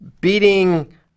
beating